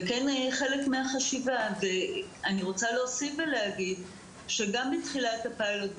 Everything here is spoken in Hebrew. אני רוצה להוסיף ולהגיד שגם בתחילת הפיילוט,